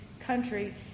country